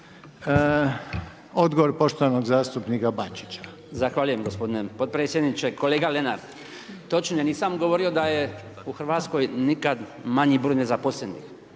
Odgovor poštovanog zastupnika Bačića. **Bačić, Branko (HDZ)** Zahvaljujem gospodine potpredsjedniče. Kolega Lenart, točno je, ja nisam govorio, da je u Hrvatskoj nikad manji broj nezaposlenih.